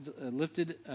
lifted